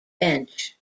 bench